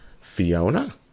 Fiona